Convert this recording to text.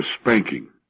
spanking